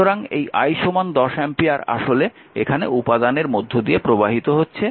সুতরাং এই I 10 ampere আসলে এখানে উপাদানের মধ্য দিয়ে প্রবাহিত হচ্ছে